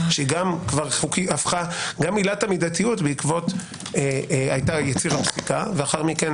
שגם עילת המידתיות בעקבות - הייתה יציר פסיקה ולאחר מכן